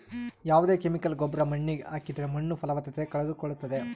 ಯಾವ್ದೇ ಕೆಮಿಕಲ್ ಗೊಬ್ರ ಮಣ್ಣಿಗೆ ಹಾಕಿದ್ರೆ ಮಣ್ಣು ಫಲವತ್ತತೆ ಕಳೆದುಕೊಳ್ಳುತ್ತದೆ